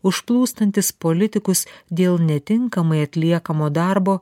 užplūstantys politikus dėl netinkamai atliekamo darbo